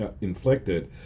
inflicted